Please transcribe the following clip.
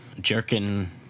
jerking